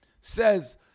says